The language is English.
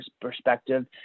perspective